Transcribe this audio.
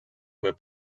were